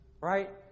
right